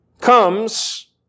comes